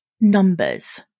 numbers